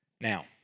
Now